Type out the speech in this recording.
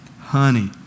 honey